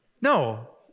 No